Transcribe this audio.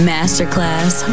Masterclass